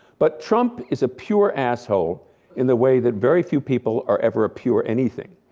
but trump is a pure asshole in the way that very few people are ever a pure anything.